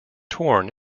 torn